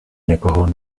někoho